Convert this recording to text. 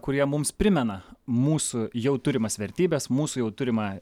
kurie mums primena mūsų jau turimas vertybes mūsų jau turimą